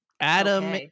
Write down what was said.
Adam